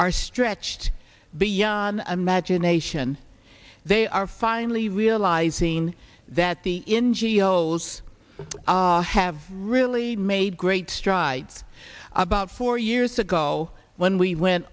are stretched beyond imagination they are finally realizing that the in geos have really made great strides about four years ago when we went